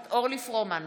פרומן,